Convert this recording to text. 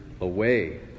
away